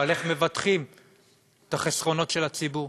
על איך מבטחים את החסכונות של הציבור.